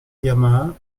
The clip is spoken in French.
yamaha